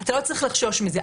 אתה לא צריך לחשוש מזה.